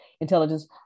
intelligence